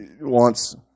wants